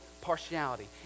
partiality